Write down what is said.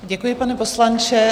Děkuji, pane poslanče.